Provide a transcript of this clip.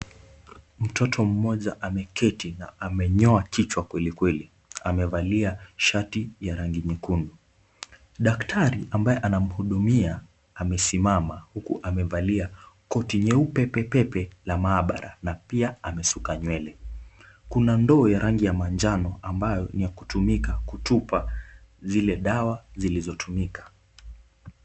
Mtoto moja ameketi na amenyoa kichwa kwelikweli. Amevalia shati ya rangi nyekundu. Daktari ambaye anamhudumia amesimama huku amevalia koti nyeupe pepepe la mahabara na pia amesuka nywele. Kuna ndoo ya rangi ya manjano ambayo ni ya kutumika kutupa zile dawa zilizotumika.